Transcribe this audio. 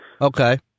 Okay